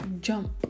Jump